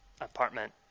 apartment